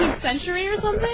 and century is